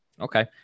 Okay